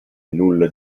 nulla